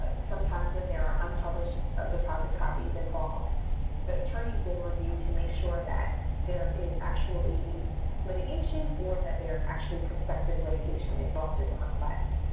ah sometimes when there are unpublished deposit copies involved the attorneys will review to make sure that there is actually litigation or that there is actually prospective litigation involved in the request.